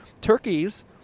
Turkeys